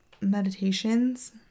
meditations